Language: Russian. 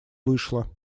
вышло